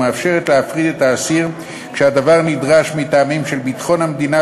ומאפשר להפריד את האסיר כשהדבר דרוש מטעמים של ביטחון המדינה,